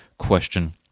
question